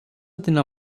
ଦିନ